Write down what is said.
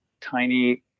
tiny